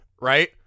right